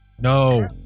No